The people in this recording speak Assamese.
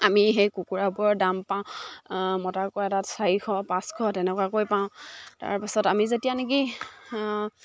আমি সেই কুকুৰাবোৰৰ দাম পাওঁ মতা কুকৰা এটাত চাৰিশ পাঁচশ তেনেকুৱাকৈ পাওঁ তাৰপাছত আমি যেতিয়া নেকি